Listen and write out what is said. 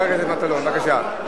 חבר הכנסת מטלון, בבקשה.